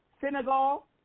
Senegal